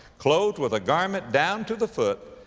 clothed with a garment down to the foot,